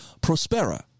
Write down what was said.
Prospera